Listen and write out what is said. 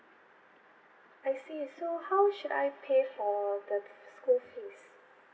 I see so how should I pay for the school fees